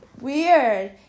Weird